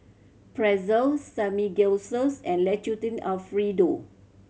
Pretzel Samgeyopsals and Alfredo